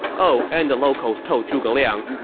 oh, and the locals told zhuge liang,